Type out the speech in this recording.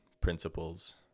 principles